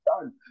done